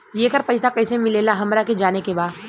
येकर पैसा कैसे मिलेला हमरा के जाने के बा?